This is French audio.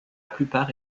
plupart